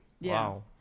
Wow